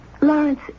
Lawrence